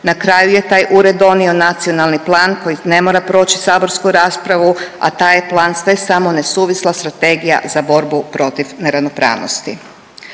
Na kraju je taj ured donio Nacionalni plan koji ne mora proći saborsku raspravu, a taj je plan samo ne suvisla strategija za borbu protiv neravnopravnosti.